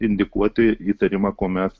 indikuoti įtarimą kuomet